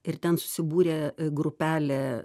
ir ten susibūrė grupelė